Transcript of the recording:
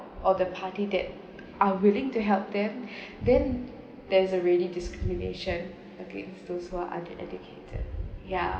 or the party that are willing to help them then there's already discrimination against those who are under educated yeah